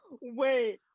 Wait